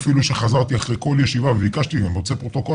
אפילו שחזרתי אחרי כל ישיבה וביקשתי אני רוצה פרוטוקול,